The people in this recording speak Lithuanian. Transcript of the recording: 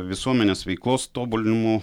visuomenės veiklos tobulinimo